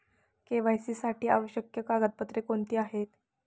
KYC साठी आवश्यक कागदपत्रे कोणती आहेत?